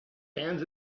hands